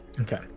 Okay